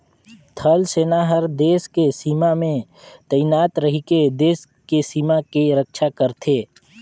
थल सेना हर देस के सीमा में तइनात रहिके देस के सीमा के रक्छा करथे